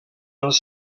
els